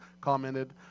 commented